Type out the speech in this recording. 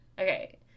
Okay